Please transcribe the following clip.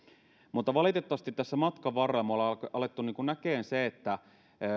mutta valitettavasti tässä matkan varrella me olemme alkaneet näkemään sen että